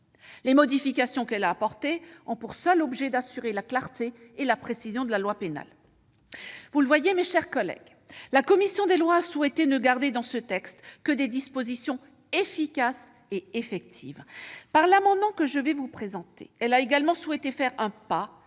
Les modifications qu'elle a apportées ont pour seul objet d'assurer la clarté et la précision de la loi pénale. Vous le voyez, mes chers collègues, la commission des lois a souhaité ne garder dans ce texte que des dispositions efficaces et effectives. Par l'amendement que je vais vous présenter, elle a également souhaité faire un pas